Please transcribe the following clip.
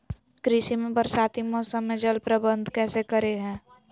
कृषि में बरसाती मौसम में जल प्रबंधन कैसे करे हैय?